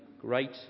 great